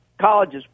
college's